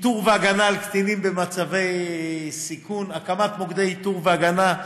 איתור והגנה על קטינים במצבי סיכון: הקמת מוקדי איתור והגנה,